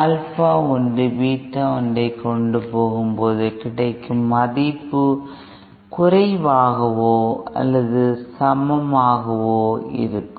alpha 1 பீட்டா1 கொண்டு போகும் போது கிடைக்கும் மதிப்பு குறைவாகவோ அல்லது சமமாகவோ இருக்கும்